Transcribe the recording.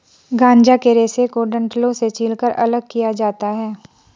गांजा के रेशे को डंठलों से छीलकर अलग किया जाता है